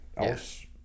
Yes